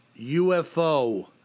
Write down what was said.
UFO